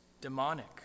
demonic